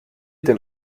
den